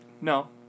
No